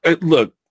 Look